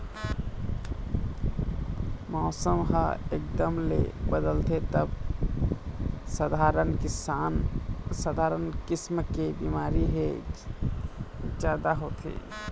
मउसम ह एकदम ले बदलथे तब सधारन किसम के बिमारी ह जादा होथे